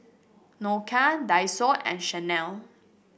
Nokia Daiso and Chanel